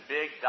big